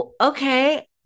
okay